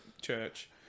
church